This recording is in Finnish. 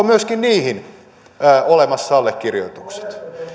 myöskin niihin olemassa allekirjoitukset